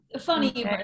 funny